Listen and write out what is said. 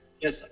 Yes